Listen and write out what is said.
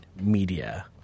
media